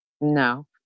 No